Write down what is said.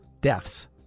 deaths